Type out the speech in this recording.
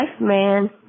man